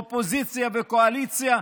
אופוזיציה וקואליציה,